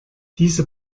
diese